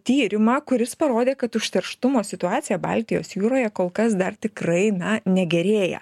tyrimą kuris parodė kad užterštumo situacija baltijos jūroje kol kas dar tikrai na negerėja